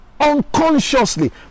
Unconsciously